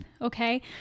okay